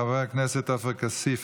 חבר הכנסת עופר כסיף,